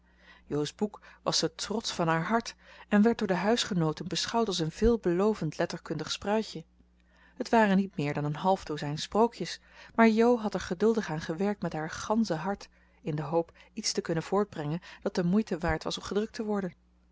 jo's boek was de trots van haar hart en werd door de huisgenooten beschouwd als een veelbelovend letterkundig spruitje het waren niet meer dan een half dozijn sprookjes maar jo had er geduldig aan gewerkt met haar gansche hart in de hoop iets te kunnen voortbrengen dat de moeite waard was gedrukt te worden